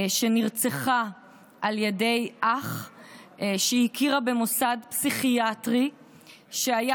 שנרצחה על ידי אח שהכירה במוסד פסיכיאטרי שהיה